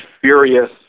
furious